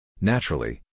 Naturally